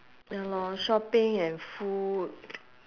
ya lor shopping and food